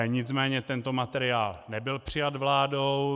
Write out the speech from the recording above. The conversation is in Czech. Nicméně tento materiál nebyl přijat vládou.